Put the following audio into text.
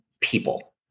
people